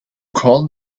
call